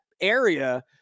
area